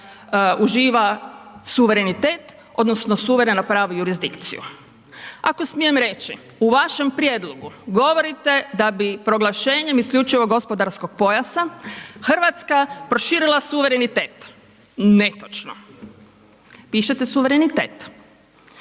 uživa suverenitet odnosno suvereno pravo jurisdikciju. Ako smijem reći u vašem prijedlogu govorite da bi proglašenjem isključivog gospodarskog pojasa Hrvatska proširila suverenitet. Netočno. Pišete suverenitet.